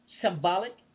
symbolic